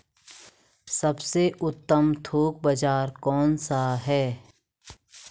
सबसे उत्तम थोक बाज़ार कौन सा है?